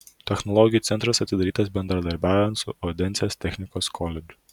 technologijų centras atidarytas bendradarbiaujant su odensės technikos koledžu